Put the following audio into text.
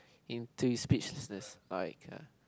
into speak this I can